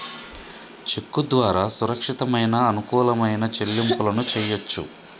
చెక్కు ద్వారా సురక్షితమైన, అనుకూలమైన చెల్లింపులను చెయ్యొచ్చు